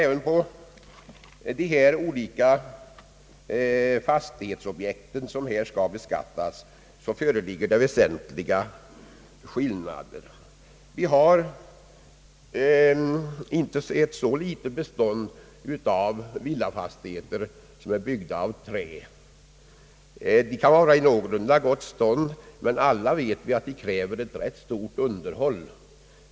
Även för de olika fastighetsobjekt som skall beskattas föreligger väsentliga skillnader. Det finns ett inte så litet bestånd av villafastigheter som är byggda av trä. De kan vara i någorlunda gott skick, men alla vet att de kräver ett ganska stort underhåll.